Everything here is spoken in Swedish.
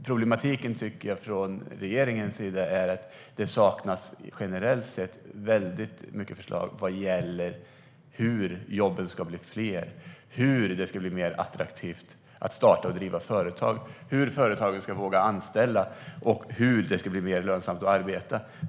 Problematiken tycker jag är att det generellt sett saknas väldigt många förslag från regeringens sida vad gäller hur jobben ska bli fler, hur det ska bli mer attraktivt att starta och driva företag, hur företagen ska våga anställa och hur det ska bli mer lönsamt att arbeta.